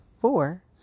Four